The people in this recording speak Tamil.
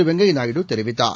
வெங்கைய நாயுடு தெரிவித்தார்